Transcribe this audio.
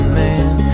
man